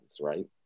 right